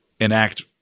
enact